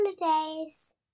holidays